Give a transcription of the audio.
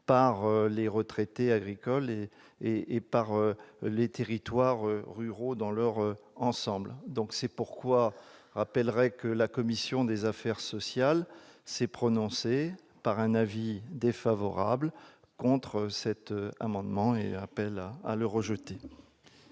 par les retraités agricoles et par les territoires ruraux dans leur ensemble. C'est pourquoi je rappelle que la commission des affaires sociales a émis un avis défavorable sur cet amendement. Le vote est